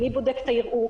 מי בודק את הערעור?